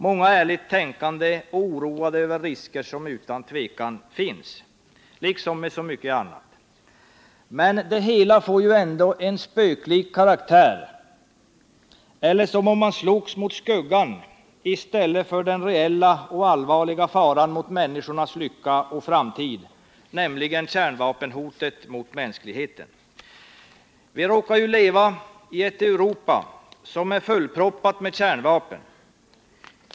Många ärligt tänkande är oroade över risker som utan tvivel finns med kärnkraften liksom med så mycket annat. Men det hela får ju ändå en spöklik karaktär — det är som om man slogs mot skuggan i stället för mot den reella och allvarliga faran mot människors lycka och framtid, nämligen kärnvapenhotet mot mänskligheten. Vi råkar ju leva i ett Europa som är fullproppat med kärnvapen.